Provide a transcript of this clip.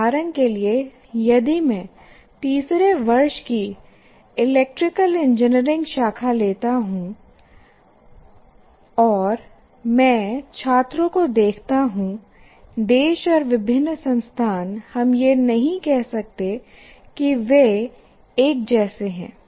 उदाहरण के लिए यदि मैं तीसरे वर्ष की इलेक्ट्रिकल इंजीनियरिंग शाखा लेता हूं और मैं छात्रों को देखता हूं देश और विभिन्न संस्थान हम यह नहीं कह सकते कि वे एक जैसे हैं